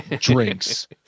drinks